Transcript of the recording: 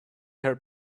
her